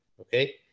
Okay